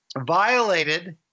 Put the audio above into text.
violated